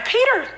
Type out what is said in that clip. Peter